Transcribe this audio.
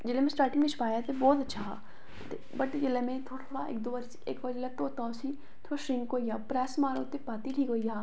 जेल्लै में स्टार्टिंग बिच पाया हा ते बहोत अच्छा हा वट इक्क दौ बारी जेल्लै में धोता उसी थोह्ड़ा शरिंक होइया ते प्रैस मारो परतियै भी पेई जा पर